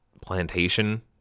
plantation